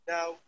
Now